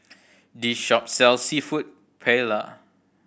this shop sells Seafood Paella